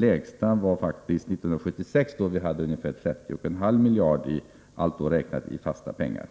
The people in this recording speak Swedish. Lägst var den faktiskt 1976, då den var ungefär 30,5 miljarder, allt i fast penningvärde.